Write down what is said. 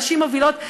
נשים מובילות.